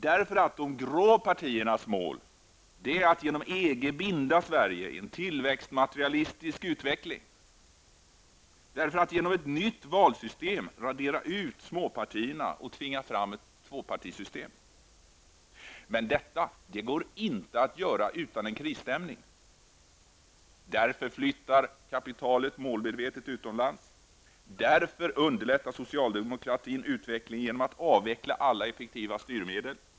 Det grå partiernas mål är: att genom EG binda Sverige i en tillväxtmaterialistisk utveckling och, att genom nytt valsystem radera ut alla småpartier och tvinga fram ett tvåpartisystem. Men detta går inte att genomföra utan krisstämning. Därför flyttar kapitalet målmedvetet utomlands. Därför underlättar socialdemokratin utvecklingen genom att avveckla alla effektiva styrmedel.